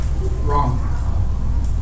wrong